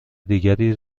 دیگری